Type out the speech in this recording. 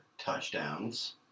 touchdowns